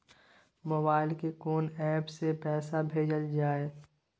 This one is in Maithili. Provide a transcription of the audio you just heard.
मोबाइल के कोन एप से पैसा भेजल जाए?